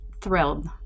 thrilled